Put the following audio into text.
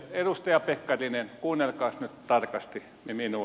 edustaja pekkarinen kuunnelkaas nyt tarkasti minua